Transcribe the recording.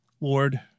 Lord